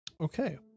Okay